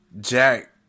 Jack